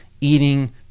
eating